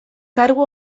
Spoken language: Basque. kargu